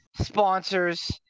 sponsors